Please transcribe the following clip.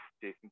Jason